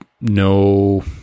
no